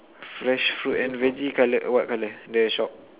fresh fruit and veggie color what colour the shop